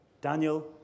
Daniel